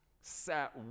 sat